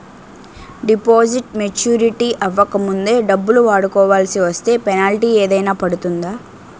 Deposit maturity అవ్వక ముందే డబ్బులు వాడుకొవాల్సి వస్తే పెనాల్టీ ఏదైనా పడుతుందా?